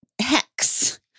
Hex